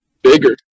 bigger